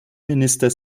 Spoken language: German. minister